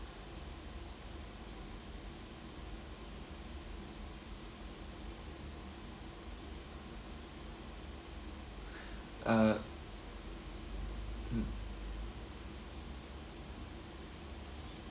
uh mm